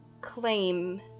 claim-